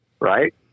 right